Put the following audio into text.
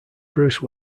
bruce